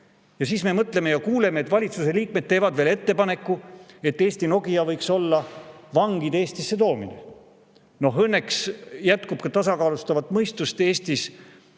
Ja siis me mõtleme ja kuuleme, et valitsuse liikmed teevad ettepaneku, et Eesti Nokia võiks olla vangide Eestisse toomine. Õnneks jätkub Eestis ka tasakaalustavat mõistust.